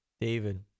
David